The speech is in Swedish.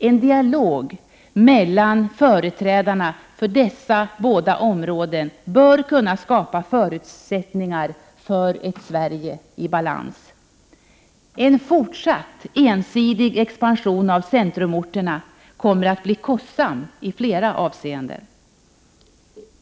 En dialog mellan företrädarna för dessa båda områden bör kunna skapa förutsättningar för ett Sverige i balans. En fortsatt ensidig expansion av centrumorterna kommer att bli kostsam i flera avseenden.